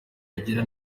rugira